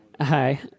Hi